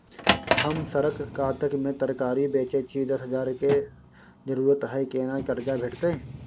हम सरक कातिक में तरकारी बेचै छी, दस हजार के जरूरत हय केना कर्जा भेटतै?